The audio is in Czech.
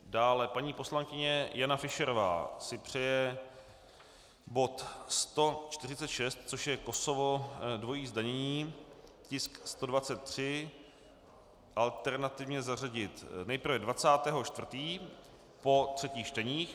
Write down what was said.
Dále paní poslankyně Jana Fischerová si přeje bod 146, což je Kosovo, dvojí zdanění, tisk 123, alternativně zařadit nejprve 20. 4. po třetích čteních.